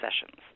sessions